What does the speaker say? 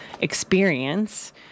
experience